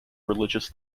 religious